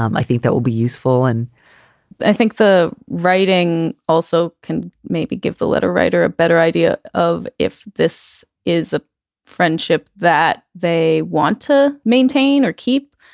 um i think that will be useful and i think the writing also can maybe give the letter writer a better idea of if this is a friendship that they want to maintain or keep.